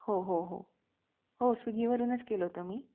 हो हो हो हो स्विगीवरूनच केलं होतं मी